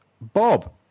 Bob